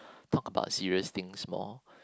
talk about serious things more